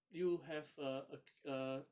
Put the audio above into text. you have a ac~ uh